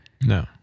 No